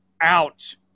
out